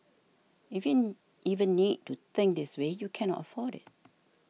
if you even need to think this way you cannot afford it